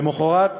למחרת,